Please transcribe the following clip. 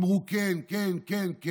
אמרו: כן כן כן.